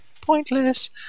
Pointless